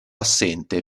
assente